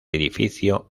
edificio